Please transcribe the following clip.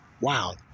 Wow